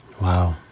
Wow